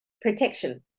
protection